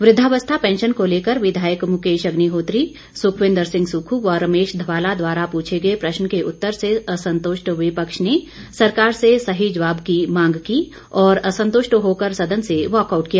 वृद्वावस्था pension को लेकर विघायक मुकेश अग्निहोत्री सुखविंद्र सिंह सुक्खू व रमेश धवाला द्वारा पूछे गए प्रश्न के उत्तर से असंतुष्ट विपक्ष ने सरकार से सही जवाब की मांग की और असंतुष्ट होकर सदन से वॉकआउट किया